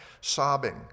sobbing